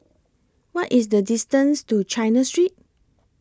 What IS The distance to China Street